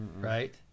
Right